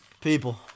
People